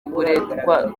uburetwa